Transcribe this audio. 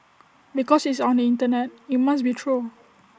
because it's on the Internet IT must be true